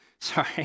sorry